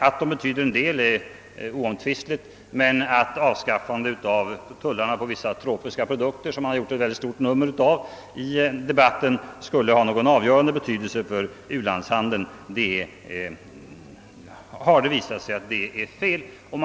Att de betyder en del är oomtvistligt, men påståendet att ett avskaffande av tullarna på vissa tropiska produkter — som man gjort ett väldigt stort nummer av i debatten — skulle ha någon avgörande betydelse för u-landshandeln har visat sig vara felaktigt.